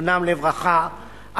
זיכרונם לברכה,